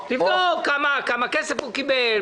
לבדוק כמה כסף הוא קיבל,